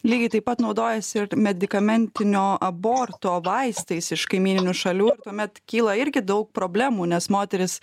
lygiai taip pat naudojasi ir medikamentinio aborto vaistais iš kaimyninių šalių tuomet kyla irgi daug problemų nes moterys